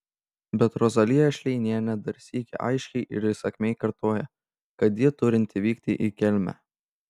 bet rozalija šleinienė dar sykį aiškiai ir įsakmiai kartoja kad ji turinti vykti į kelmę